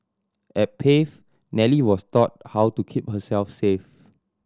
at Pave Nellie was taught how to keep herself safe